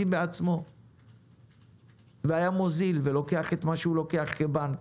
מרוויח 3,00 4,000 שקל,